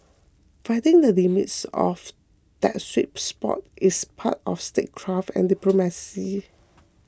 finding the limits of that sweet spot is part of statecraft and diplomacy